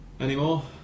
Anymore